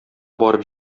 барып